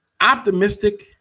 optimistic